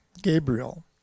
Gabriel